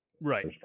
Right